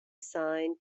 signed